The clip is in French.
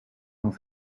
dans